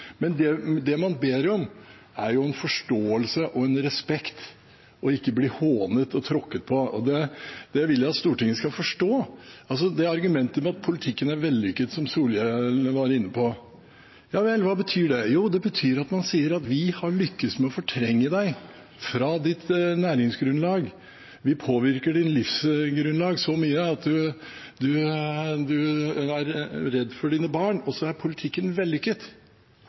Men det man ber om, er forståelse og respekt, ikke å bli hånet og tråkket på. Det vil jeg at Stortinget skal forstå. Argumentet om at politikken er vellykket, som Bård Vegar Solhjell var inne på – hva betyr det? Jo, det betyr at man sier at vi har lyktes med å fortrenge deg fra ditt næringsgrunnlag, vi påvirker ditt livsgrunnlag så mye at du er redd for dine barn. Og så er politikken vellykket!